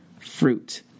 fruit